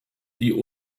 die